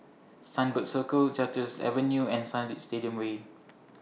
Sunbird Circle Duchess Avenue and Stadium Way